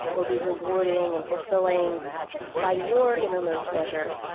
will be rewarding and fulfilling by your innermost measure.